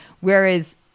Whereas